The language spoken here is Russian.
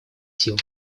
сил